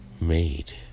made